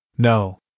No